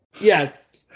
Yes